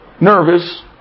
nervous